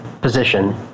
position